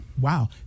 wow